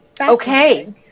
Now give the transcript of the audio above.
Okay